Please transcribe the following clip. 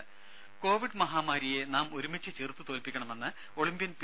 രുര കൊവിഡ് മഹാമാരിയെ നാം ഒരുമിച്ച് ചെറുത്തു തോൽപ്പിക്കണമെന്ന് ഒളിമ്പ്യൻ പി